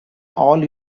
all